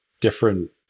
different